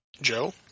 Joe